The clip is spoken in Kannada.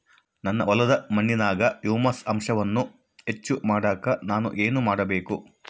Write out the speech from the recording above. ನನ್ನ ಹೊಲದ ಮಣ್ಣಿನಾಗ ಹ್ಯೂಮಸ್ ಅಂಶವನ್ನ ಹೆಚ್ಚು ಮಾಡಾಕ ನಾನು ಏನು ಮಾಡಬೇಕು?